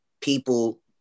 people